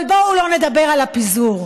אבל בואו לא נדבר על הפיזור.